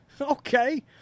Okay